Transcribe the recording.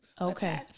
Okay